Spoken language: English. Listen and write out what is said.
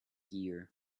gear